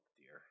dear